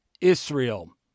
Israel